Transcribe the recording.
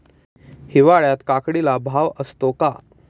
हिवाळ्यात काकडीला भाव असतो का?